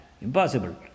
Impossible